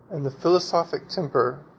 and the philosophic temper,